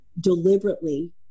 deliberately